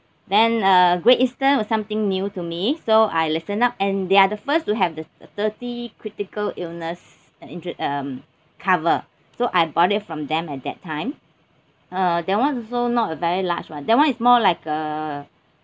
then uh Great Eastern was something new to me so I listen up and they are the first to have this thirty critical illness and injure um cover so I bought it from them at that time uh that one also not a very large one that one is more like a